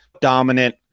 Dominant